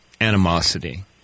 animosity